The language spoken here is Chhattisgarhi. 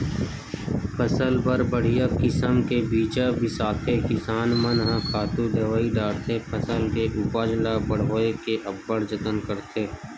फसल बर बड़िहा किसम के बीजा बिसाथे किसान मन ह खातू दवई डारथे फसल के उपज ल बड़होए के अब्बड़ जतन करथे